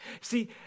See